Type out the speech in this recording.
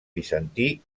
bizantí